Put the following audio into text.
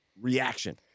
reaction